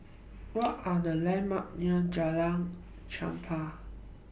What Are The landmarks near Jalan Chempah